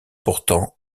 pourtant